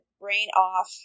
brain-off